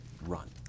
run